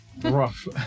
Rough